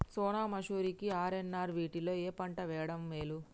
సోనా మాషురి కి ఆర్.ఎన్.ఆర్ వీటిలో ఏ పంట వెయ్యడం మేలు?